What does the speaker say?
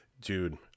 dude